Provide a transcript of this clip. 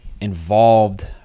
involved